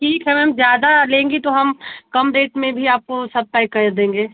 ठीक है मैम ज़्यादा लेंगी तो हम कम रेट में भी आपको सब तय कर देंगे